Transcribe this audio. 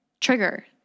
trigger